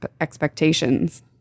expectations